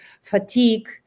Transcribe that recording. fatigue